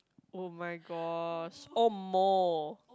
oh-my-gosh oh omo